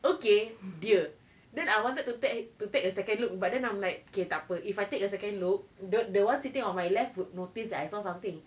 okay dear then I wanted to take to take a second look but then I'm like okay tak apa if I take a second look the one sitting on my left would notice that I saw something